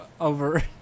over